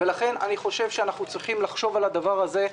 לכן אני חושב שאנחנו צריכים לחשוב על הדבר הזה.